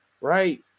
right